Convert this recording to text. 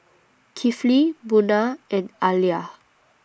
Kifli Munah and Alya